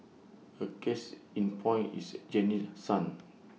A case in point is Janice's son